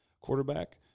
quarterback